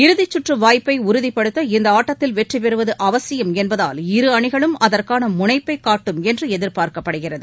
இறுதிச்சுற்றுவாய்ப்பைஉறுதிப்படுத்த இந்தஆட்டத்தில் வெற்றிபெறுவதுஅவசியம் என்பதால் இரு அணிகளும் அதற்கானமுனைப்பைகாட்டும் என்றுஎதிர்பார்க்கப்படுகிறது